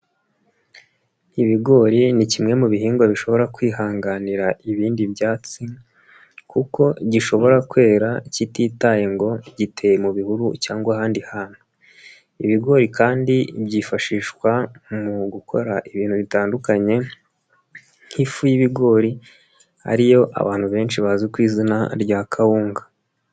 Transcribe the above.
Ibigori ni kimwe mu bihingwa bishobora kwihanganira ibindi byatsi kuko gishobora kwera kititaye ngo giteye mu bihuru cyangwa ahandi hantu. Ibigori kandi byifashishwa mu gukora ibintu bitandukanye, nk'ifu y'ibigori ari yo abantu benshi bazi ku izina rya kawunga.